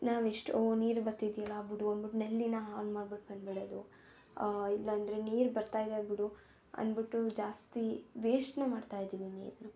ನಾವು ಎಷ್ಟೋ ನೀರು ಬತ್ತಿದಿಲ್ಲ ಬಿಡೂ ಅಂದ್ಬುಟ್ಟು ನಲ್ಲಿ ಆನ್ ಮಾಡ್ಬಿಟ್ಟು ಬಂದ್ಬಿಡೋದು ಇಲ್ಲಂದರೆ ನೀರು ಬರ್ತಾಯಿದೆ ಬಿಡೂ ಅನ್ಬುಟ್ಟು ಜಾಸ್ತಿ ವೇಸ್ಟನ್ನ ಮಾಡ್ತಾ ಇದೀವಿ ನೀರನ್ನು